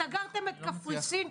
סגרתם את קפריסין.